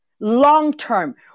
long-term